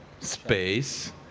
space